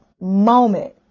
moment